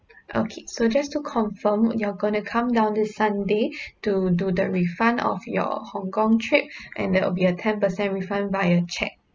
okay so just to confirm you're going to come down this sunday to do the refund of your hong kong trip and that will be a ten percent refund via cheque